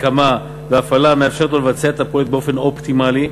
הקמה והפעלה מאפשרת לו לבצע את הפרויקט באופן אופטימלי.